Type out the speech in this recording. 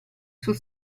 sul